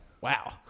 Wow